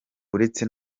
uretse